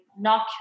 knock